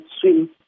swim